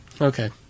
Okay